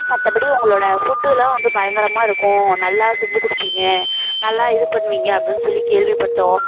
மற்றபடி உங்களோட ஃபுட்டுலாம் வந்து பயங்கரமாக இருக்கும் நல்லா செஞ்சு கொடுப்பீங்க நல்லா இது பண்ணுவீங்க அப்டின்னு சொல்லி கேள்விப்பட்டோம்